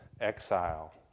exile